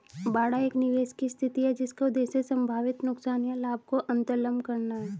बाड़ा एक निवेश की स्थिति है जिसका उद्देश्य संभावित नुकसान या लाभ को अन्तर्लम्ब करना है